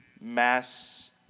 mass